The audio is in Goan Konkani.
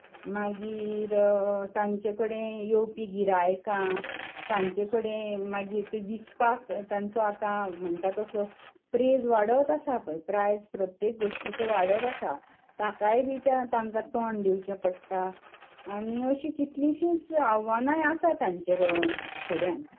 मागीर तांचे कडेन येवपी गिरायकां तांचे कडेन मागीर ते विकपाक तांचो आतां म्हणटा तसो प्रेज वाडत आसा खंय प्रायस प्रत्येक गोश्टीचो वाडत आसा ताकाय बी तांकां तोंड दिवचें पडटा आनी अशीं कितलीशींच आव्हानां आसात तांच्या फुड्यान